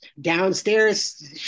downstairs